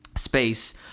space